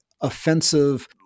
offensive